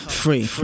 free